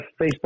Facebook